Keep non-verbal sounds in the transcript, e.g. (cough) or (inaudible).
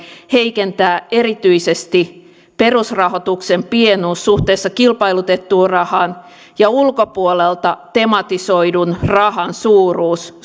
heikentää erityisesti perusrahoituksen pienuus suhteessa kilpailutettuun rahaan ja ulkopuolelta tematisoidun rahan suuruus (unintelligible)